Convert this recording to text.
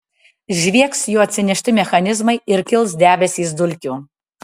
žviegs jo atsinešti mechanizmai ir kils debesys dulkių